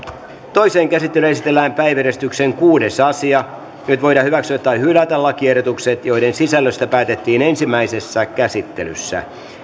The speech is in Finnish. toiseen käsittelyyn esitellään päiväjärjestyksen kuudes asia nyt voidaan hyväksyä tai hylätä lakiehdotukset joiden sisällöstä päätettiin ensimmäisessä käsittelyssä